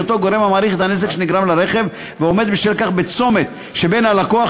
בהיותו גורם המעריך את הנזק שנגרם לרכב ועומד בשל כך בצומת שבין הלקוח,